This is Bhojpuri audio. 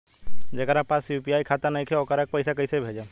जेकरा पास यू.पी.आई खाता नाईखे वोकरा के पईसा कईसे भेजब?